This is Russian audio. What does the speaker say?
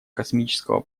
космического